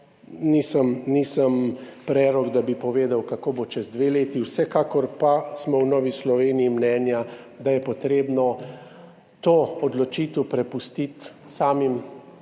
Nisem prerok, da bi povedal, kako bo čez dve leti. Vsekakor pa v Novi Sloveniji menimo, da je treba to odločitev prepustiti samim